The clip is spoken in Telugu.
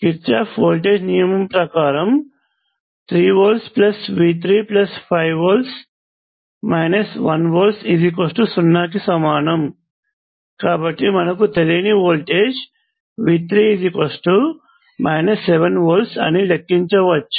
కిర్చాఫ్ వోల్టేజ్ నియమము ప్రకారము 3v V3 5v 1v0 కి సమానం కాబట్టి మనము తెలియని వోల్టేజ్ V3 7 వోల్ట్లు అని లెక్కించవచ్చు